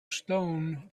stone